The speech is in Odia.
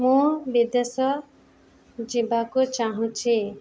ମୁଁ ବିଦେଶ ଯିବାକୁ ଚାହୁଁଛି